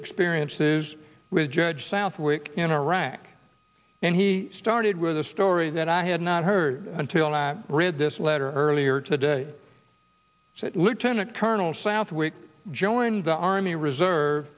experiences with judge southwick in iraq and he started with a story that i had not heard until that read this letter earlier today that lieutenant colonel southwick joined the army reserve